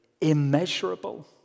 immeasurable